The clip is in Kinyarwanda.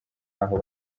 aho